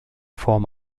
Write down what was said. form